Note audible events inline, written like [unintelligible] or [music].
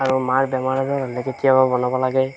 আৰু মাৰ বেমাৰ হ'লে [unintelligible] কেতিয়াবা বনাব লাগে